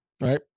right